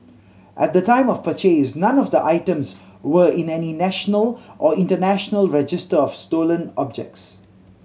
at the time of purchase none of the items were in any national or international register of stolen objects